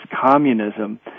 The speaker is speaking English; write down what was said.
communism